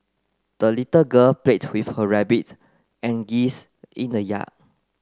the little girl played with her rabbit and geese in the yard